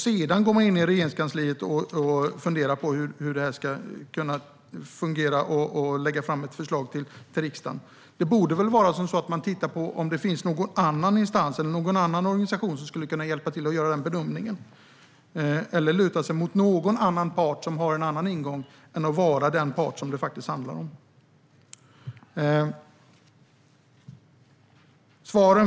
Sedan ska Regeringskansliet fundera för att så småningom lägga fram förslag för riksdagen. Man borde titta på om det finns någon annan instans eller organisation som kan hjälpa till att göra den bedömningen, eller om det går att luta sig mot någon annan part som har en annan ingång än att vara den part som det faktiskt handlar om.